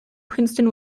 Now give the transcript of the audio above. princeton